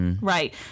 Right